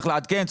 צריך לעדכן,